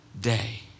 day